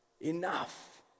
Enough